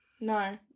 no